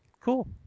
Cool